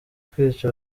kwica